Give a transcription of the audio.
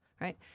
right